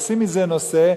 עושים מזה נושא,